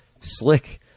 slick